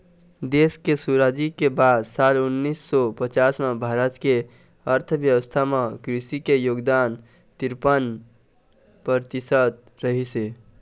देश के सुराजी के बाद साल उन्नीस सौ पचास म भारत के अर्थबेवस्था म कृषि के योगदान तिरपन परतिसत रहिस हे